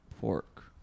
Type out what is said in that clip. pork